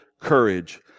courage